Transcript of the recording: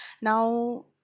Now